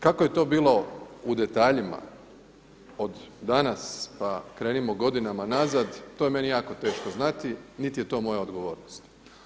Kako je to bilo u detaljima od danas pa krenimo godinama nazad, to je meni jako teško znati niti je to moja odgovornost.